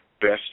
best